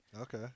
Okay